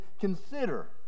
consider